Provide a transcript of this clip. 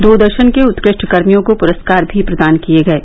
दूरदर्शन के उत्कृष्ट कर्मियों को पुरस्कार भी प्रदान किये गये